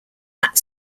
that